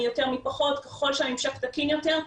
ככל שהממשק תקין יותר,